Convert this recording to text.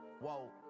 whoa